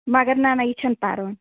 مَگر نہَ نہَ یہِ چھےٚ نہٕ پَروٕنۍ